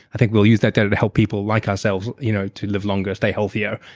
i think we'll use that data to help people like ourselves you know to live longer, stay healthier,